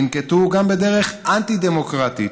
וינקטו גם דרך אנטי-דמוקרטית,